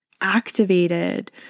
activated